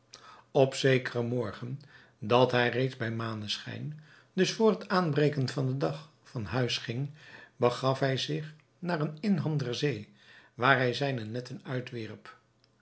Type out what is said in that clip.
op zekeren morgen dat hij reeds bij maneschijn dus voor het aanbreken van den dag van huis ging begaf hij zich naar een inham der zee waar hij zijne netten uitwierp